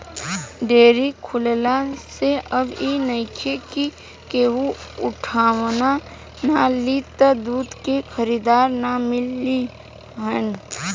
dairy खुलला से अब इ नइखे कि केहू उठवाना ना लि त दूध के खरीदार ना मिली हन